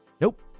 Nope